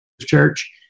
church